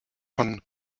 von